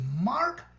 mark